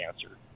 cancer